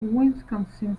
wisconsin